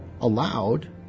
allowed